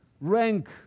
rank